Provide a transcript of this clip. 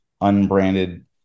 unbranded